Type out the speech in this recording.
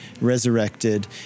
resurrected